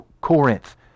Corinth